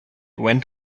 went